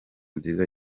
nziza